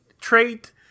trait